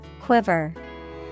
Quiver